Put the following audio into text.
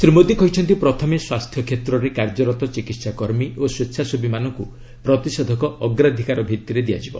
ଶ୍ରୀ ମୋଦୀ କହିଛନ୍ତି ପ୍ରଥମେ ସ୍ୱାସ୍ଥ୍ୟ କ୍ଷେତ୍ରରେ କାର୍ଯ୍ୟରତ ଚିକିତ୍ସା କର୍ମୀ ଓ ସ୍ୱେଚ୍ଛାସେବୀମାନଙ୍କୁ ପ୍ରତିଷେଧକ ଅଗ୍ରାଧିକାର ଭିଭିରେ ଦିଆଯିବ